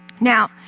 Now